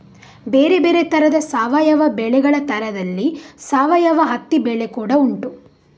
ಬೇರೆ ಬೇರೆ ತರದ ಸಾವಯವ ಬೆಳೆಗಳ ತರದಲ್ಲಿ ಸಾವಯವ ಹತ್ತಿ ಬೆಳೆ ಕೂಡಾ ಉಂಟು